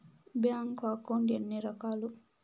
bank account ఎన్ని రకాలు